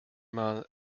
mal